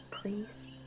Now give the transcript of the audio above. priests